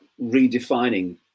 redefining